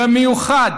במיוחד